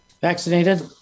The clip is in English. vaccinated